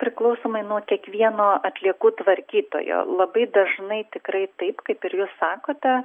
priklausomai nuo kiekvieno atliekų tvarkytojo labai dažnai tikrai taip kaip ir jūs sakote